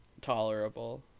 tolerable